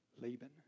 Laban